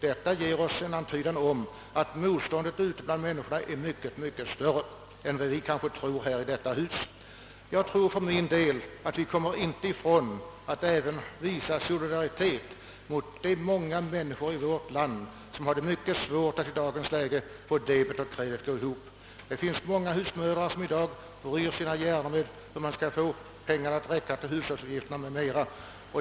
Detta ger oss en antydan om att motståndet ute bland människorna är mycket större i detta sammanhang än vi kanske tror i detta hus. Jag tror för min del att vi inte kommer ifrån att även visa solidaritet med de många människor i vårt land, som har det mycket svårt att i dagens läge få debet och kredit att gå ihop. Många husmödrar bryr i dag sina hjärnor med hur de skall få pengarna att räcka till hushållsutgifter m.m.